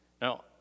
Now